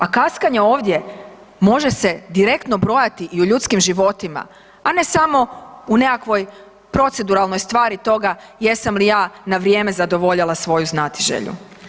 A kaskanje ovdje može se direktno brojati i u ljudskim životima, a ne samo u nekakvoj proceduralnoj stvari toga jesam li ja na vrijeme zadovoljila svoju znatiželju.